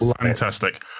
fantastic